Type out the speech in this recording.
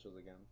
again